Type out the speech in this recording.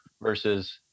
versus